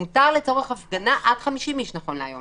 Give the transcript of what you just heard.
מותר לצורך הפגנה עד 50 איש נכון להיום.